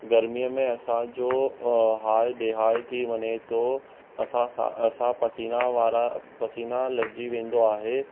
गर्मीअ में असांजो हाल बेहाल थी वञे थो असां सां असां पसीना वारा पसीना लॻजी वेंदो आहे